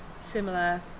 similar